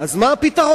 אז מה הפתרון?